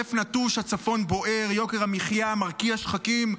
העוטף נטוש, הצפון בוער, יוקר המחיה מרקיע שחקים,